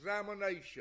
examination